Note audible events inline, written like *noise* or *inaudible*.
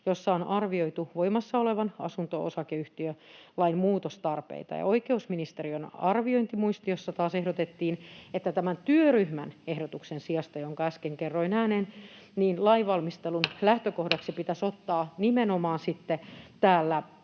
jossa on arvioitu voimassa olevan asunto-osakeyhtiölain muutostarpeita. Ja oikeusministeriön arviointimuistiossa taas ehdotettiin, että tämän työryhmän ehdotuksen sijasta, jonka äsken kerroin ääneen, lainvalmistelun *noise* lähtökohdaksi pitäisi ottaa täällä